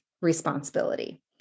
responsibility